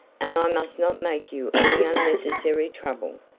and i must not make you any unnecessary trouble.